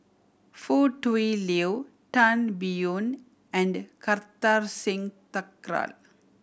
Foo Tui Liew Tan Biyun and Kartar Singh Thakral